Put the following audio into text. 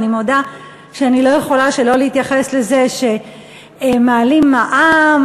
אני מודה שאני לא יכולה שלא להתייחס לזה שמעלים מע"מ